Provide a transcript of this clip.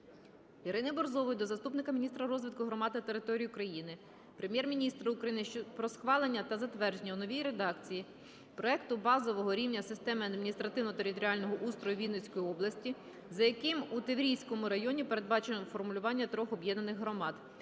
Ірини Борзової до заступника міністра розвитку громад та територій України, Прем'єр-міністра України про схвалення та затвердження у новій редакції Проекту базового рівня системи адміністративно-територіального устрою Вінницької області, за яким у Тиврівському районі, передбачено формування трьох об'єднаних громад: